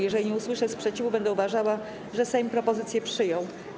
Jeżeli nie usłyszę sprzeciwu będę uważała, że Sejm propozycję przyjął.